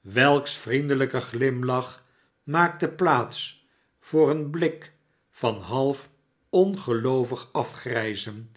welks vriendelijke glimlach maakte plaats voor een blik van half ongeloovig afgrijzen